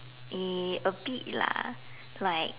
uh a bit lah like